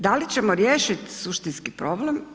Da li ćemo riješiti suštinski problem?